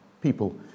people